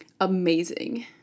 amazing